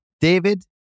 David